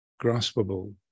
graspable